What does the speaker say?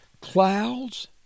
Clouds